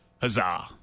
huzzah